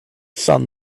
sun